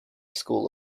school